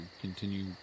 continue